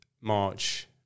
march